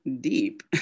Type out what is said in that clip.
deep